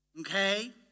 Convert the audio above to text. Okay